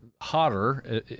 hotter